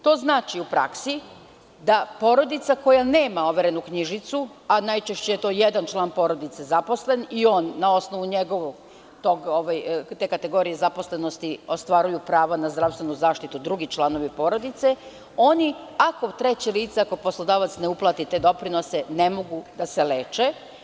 To znači u praksi da porodica koja nema overenu knjižicu, a najčešće je jedan član porodice zaposlen, a na osnovu njegove kategorije zaposlenosti ostvaruju pravo na zdravstvenu zaštitu drugi članovi porodice, oni, ako treće lice, poslodavac ne uplati te doprinose, ne mogu da se leče.